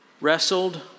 wrestled